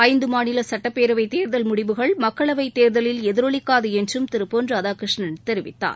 ஐந்துமாநிலசட்டப்பேரவைத் தேர்தல் முடிவுகள் மக்களவைத்தேர்தலில் எதிரொலிக்காதுஎன்றும் திருபொன் ராதாகிருஷ்ணன் தெரிவித்தார்